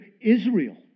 Israel